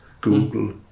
google